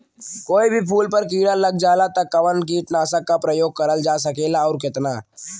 कोई भी फूल पर कीड़ा लग जाला त कवन कीटनाशक क प्रयोग करल जा सकेला और कितना?